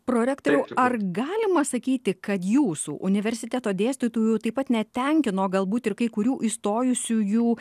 prorektoriau ar galima sakyti kad jūsų universiteto dėstytojų taip pat netenkino galbūt ir kai kurių įstojusiųjų